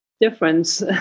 difference